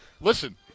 Listen